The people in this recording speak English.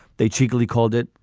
they cheekily called it.